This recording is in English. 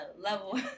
level